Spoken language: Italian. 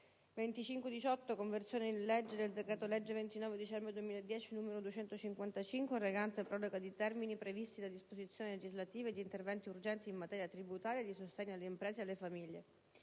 ***Conversione in legge del decreto-legge 29 dicembre 2010, n. 225, recante proroga di termini previsti da disposizioni legislative e di interventi urgenti in materia tributaria e di sostegno alle imprese e alle famiglie***